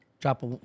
Drop